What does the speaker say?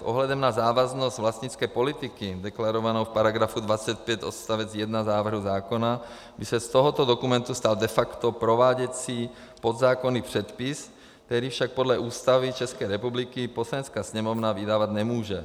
S ohledem na závaznost vlastnické politiky deklarovanou v § 25 odst. 1 návrhu zákona by se z tohoto dokumentu stal de facto prováděcí podzákonný předpis, který však podle Ústavy České republiky Poslanecká sněmovna vydávat nemůže.